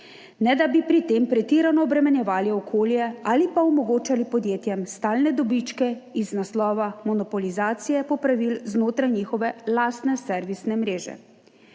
ne da bi pri tem pretirano obremenjevali okolje ali pa omogočali podjetjem stalne dobičke iz naslova monopolizacije popravil znotraj njihove lastne servisne mreže.